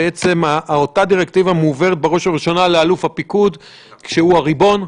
בעצם אותה דירקטיבה מועברת בראש ובראשונה לאלוף הפיקוד כשהוא הריבון?